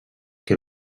que